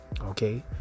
Okay